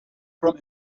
from